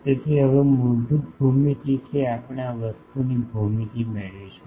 તેથી હવે મૂળભૂત ભૂમિતિથી આપણે આ વસ્તુની ભૂમિતિ મેળવીશું